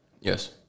Yes